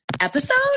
episode